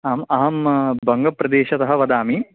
आम् अहं बङ्गप्रदेशतः वदामि